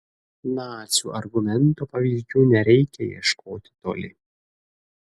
nacių argumento pavyzdžių nereikia ieškoti toli